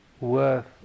worth